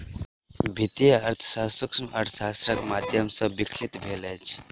वित्तीय अर्थशास्त्र सूक्ष्म अर्थशास्त्रक माध्यम सॅ विकसित भेल अछि